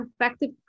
effective